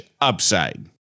Upside